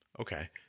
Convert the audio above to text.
Okay